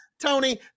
Tony